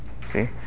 See